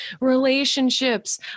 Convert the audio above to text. Relationships